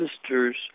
sisters